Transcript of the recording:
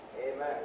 Amen